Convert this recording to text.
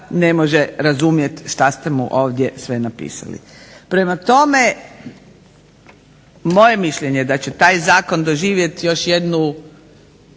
ne može razumjeti što ste mu ovdje sve napisali. Prema tome, moje mišljenje je da će taj zakon doživjeti jednu